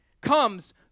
comes